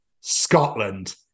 Scotland